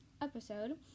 episode